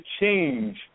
change